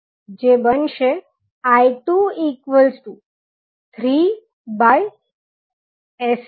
I2 માટે તમને s53s મળશે અને પછી કારણ કે I1 એ કેપેસિટર માટેના I2કરતા વિરુધ્ધ દિશામાં છે તેથી તમને કેપેસિટર માટેનું બીજી ટર્મ મળશે જે 3sI1 છે